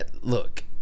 look